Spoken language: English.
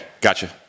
Gotcha